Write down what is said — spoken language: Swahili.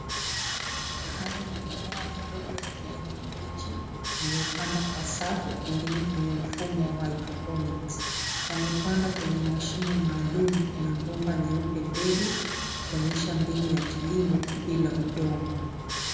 Haya ni mimea midogo ya kijani kibichi, iliyopandwa kwa safu pengine kwenye mfumo wa hydroponics . Yamepandwa kwenye mashimo maalumu kwenye bomba nyeupe ndefu, likionyesha mbinu ya kilimo bila udongo.